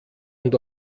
und